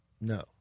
no